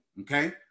Okay